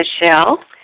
Michelle